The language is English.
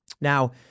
Now